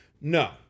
no